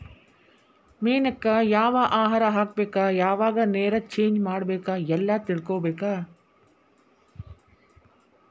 ಮೇನಕ್ಕ ಯಾವ ಆಹಾರಾ ಹಾಕ್ಬೇಕ ಯಾವಾಗ ನೇರ ಚೇಂಜ್ ಮಾಡಬೇಕ ಎಲ್ಲಾ ತಿಳಕೊಬೇಕ